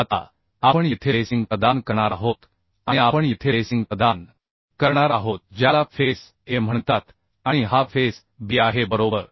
आता आपण येथे लेसिंग प्रदान करणार आहोत आणि आपण येथे लेसिंग प्रदान करणार आहोत ज्याला फेस A म्हणतात आणि हा फेस B आहे बरोबर